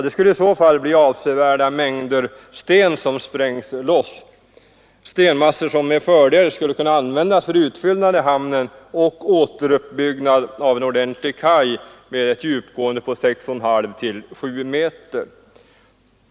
Det skulle i så fall bli avsevärda mängder sten som sprängs loss — stenmassor som med fördel skulle kunna användas för utfyllnad i hamnen och för återuppbyggnad av en ordentlig kaj för fartyg med ett djupgående på 6,5—7 meter.